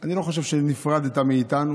אני לא חושב שנפרדת מאיתנו,